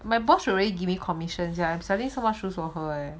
my boss already giving commission 加 I'm suddenly someone shoes or her eh